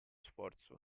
sforzo